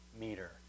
meter